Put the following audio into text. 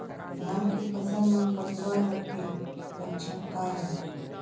धान के फसल मा कटुआ रोग के लक्षण का हे?